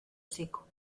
seco